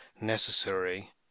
necessary